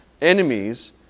enemies